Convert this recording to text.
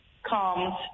comes